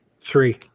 Three